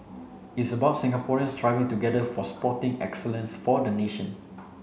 it's about Singaporeans striving together for sporting excellence for the nation